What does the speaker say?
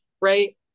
right